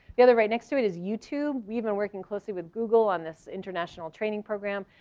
the other right next to it is youtube, we've been working closely with google on this international training program.